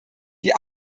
die